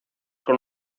con